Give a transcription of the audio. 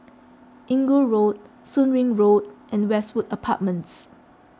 Inggu Road Soon Wing Road and Westwood Apartments